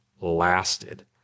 lasted